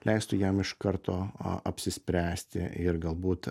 leistų jam iš karto apsispręsti ir galbūt